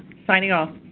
signing off.